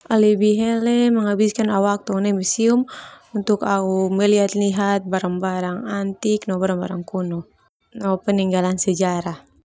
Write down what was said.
Au hele melihat au waktu nai museum untuk au melihat batang antik no barang kuno no peninggalan sejarah.